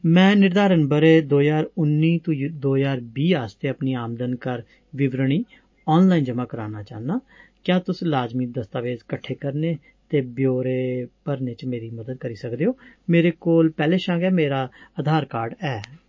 में निर्धारण ब'रे दे ज्हार उन्नी दो ज्हार बीह् आस्तै अपनी आमदन कर विवरणी आनलाइन ज'मा कराना चाह्न्नां क्या तुस लाजमी दस्तावेज़ कट्ठे करने ते ब्यौरे भरने च मेरी मदद करी सकदे ओ मेरे कोल पैह्लें शा गै मेरा आधार कार्ड ऐ